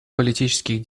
политических